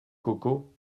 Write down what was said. coco